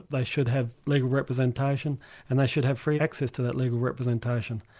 they should have legal representation and they should have free access to that legal representation,